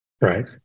Right